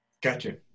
gotcha